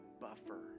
buffer